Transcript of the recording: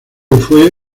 fue